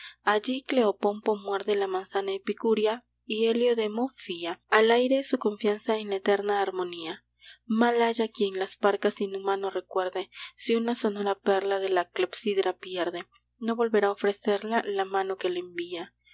allí cleopompo muerde la manzana epicúrea y heliodemo fía al aire su confianza en la eterna armonía mal haya quien las parcas inhumano recuerde si una sonora perla de la clepsidra pierde no volverá a ofrecerla la mano que la envía